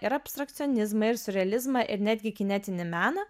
ir abstrakcionizmą ir siurrealizmą ir netgi kinetinį meną